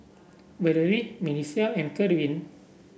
Valery Milissa and Kerwin